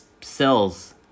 cells